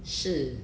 是